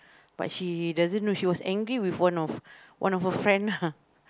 but she doesn't know she was angry with one of one of her friend ah